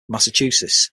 massachusetts